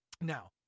now